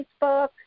Facebook